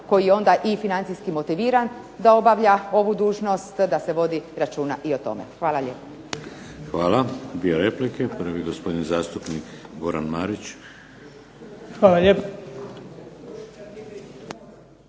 koji je onda i financijski motiviran da obavlja ovu dužnost da se vodi računa i o tome. Hvala lijepa. **Šeks, Vladimir (HDZ)** Hvala. Dvije replike. Prvi je gospodin zastupnik Goran Marić. **Marić,